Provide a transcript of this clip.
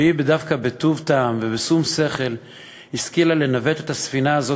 והיא דווקא בטוב טעם ובשום שכל השכילה לנווט את הספינה הזאת,